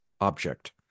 object